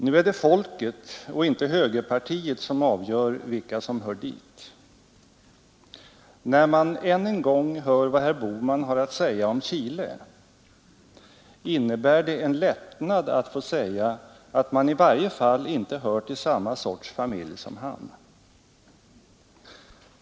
Nu är det folket och inte högerpartiet som avgör vilka som hör dit. När man än en gång hör vad herr Bohman har att säga om Chile innebär det en lättnad att få säga att man i varje fall inte hör till samma sorts familj som han.